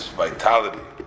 vitality